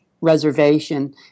Reservation